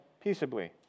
Peaceably